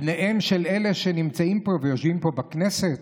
בניהם של אלה שנמצאים פה ויושבים פה בכנסת,